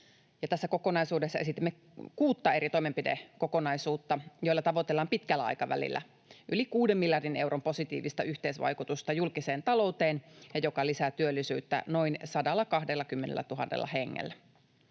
tässä kokonaisuudessa esitimme kuutta eri toimenpidekokonaisuutta, joilla tavoitellaan pitkällä aikavälillä yli kuuden miljardin euron positiivista yhteisvaikutusta julkiseen talouteen ja joka lisää työllisyyttä noin 120 000 hengellä.